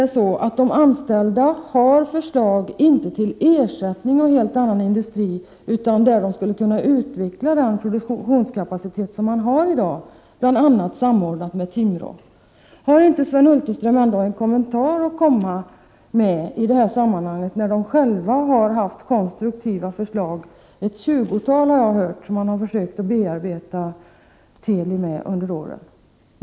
Dessutom har de anställda förslag, inte om att industrin skall ersättas med en helt annan utan om utveckling av den produktionskapacitet som den har i dag, bl.a. genom samordning med Timråfabriken. Har inte Sven Hulterström någon kommentar till de konstruktiva förslag — såvitt jag hört ett tjugotal — som man har försökt att bearbeta Teli med under åren?